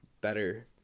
better